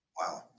Wow